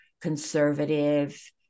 conservative